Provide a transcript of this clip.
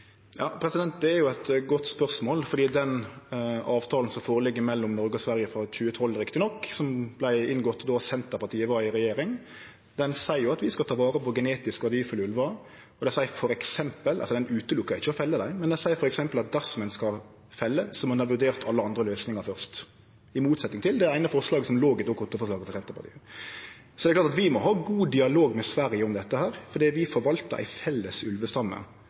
det gjelder rovviltforvaltningen? Det er jo eit godt spørsmål, for avtalen som ligg føre mellom Noreg og Sverige, vel å merke frå 2012, og som vart inngått då Senterpartiet var i regjering, seier at vi skal ta vare på genetisk verdifulle ulvar. Han utelukkar ikkje å felle dei, men han seier f.eks. at dersom ein skal felle, må ein ha vurdert alle andre løysingar først – i motsetning til det eine forslaget som låg i Dokument 8-forslaget frå Senterpartiet. Det er klart at vi må ha god dialog med Sverige om dette, for vi forvaltar ei felles ulvestamme.